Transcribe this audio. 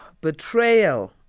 betrayal